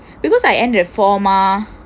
because I end at four mah